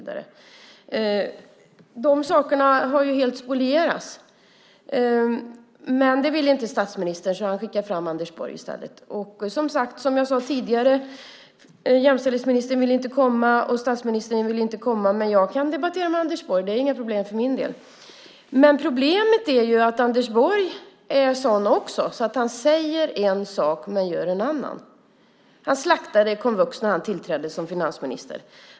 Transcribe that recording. De sakerna har ju helt spolierats. Men det ville inte statsministern diskutera så han skickar fram Anders Borg i stället. Som jag sade tidigare: Jämställdhetsministern vill inte komma och statsministern vill inte komma. Men jag kan debattera med Anders Borg. Det är inga problem för min del. Problemet är att Anders Borg är likadan. Han säger en sak men gör en annan. Han slaktade komvux när han tillträdde som finansminister.